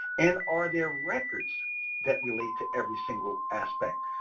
and are there records that relate to every single aspect?